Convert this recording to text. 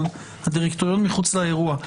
אבל הדירקטוריון מחוץ לאירוע.